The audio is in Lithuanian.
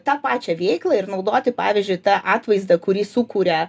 tą pačią veiklą ir naudoti pavyzdžiui tą atvaizdą kurį sukuria